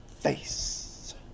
face